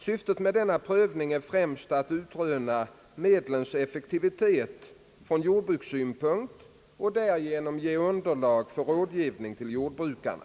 Syftet med denna prövning är främst att utröna medlens effektivitet från jordbrukssynpunkt och därigenom ge underlag för rådgivningen till jordbrukare.